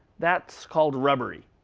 that's called rubbery.